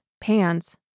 pants